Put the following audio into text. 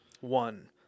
One